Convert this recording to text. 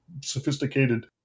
sophisticated